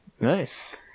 Nice